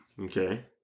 Okay